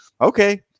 Okay